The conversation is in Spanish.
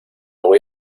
voy